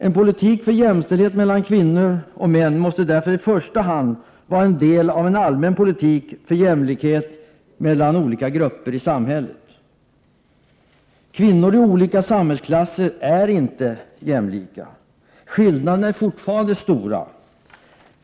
En politik för jämställdhet mellan kvinnor och män måste därför i första hand vara en del av en allmän politik för jämlikhet mellan alla grupper i samhället. Kvinnor i olika samhällsklasser är inte jämlika. Skillnaderna är fortfarande stora.